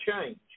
change